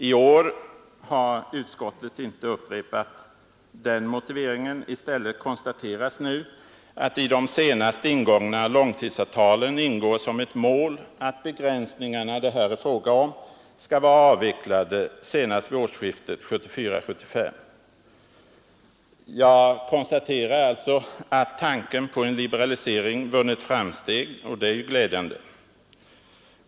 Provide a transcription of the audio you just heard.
I år har utskottet inte upprepat den motiveringen. I stället konstateras nu att i de senast slutna långtidsavtalen ingår som ett mål att de begränsningar det här är fråga om skall vara avvecklade senast vid årsskiftet 1974-1975. Jag konstaterar alltså att tanken på en liberalisering vunnit framsteg, och det är ju glädjande.